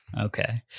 Okay